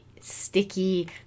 sticky